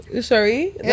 sorry